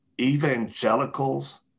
evangelicals